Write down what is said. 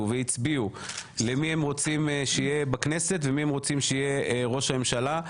והצביעו למי שהם רוצים שיהיה בכנסת ולמי שהם רוצים שיהיה ראש הממשלה,